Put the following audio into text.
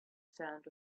sound